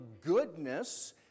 goodness